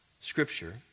scripture